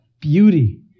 beauty